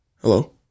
Hello